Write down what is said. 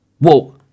Whoa